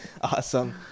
Awesome